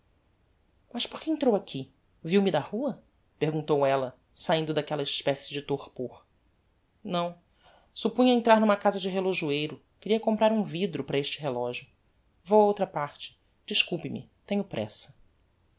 por que entrou aqui viu-me da rua porguntou ella saindo daquella especie de torpor não suppunha entrar n'uma casa de relojoeiro queria comprar um vidro para este relogio vou a outra parte desculpe-me tenho pressa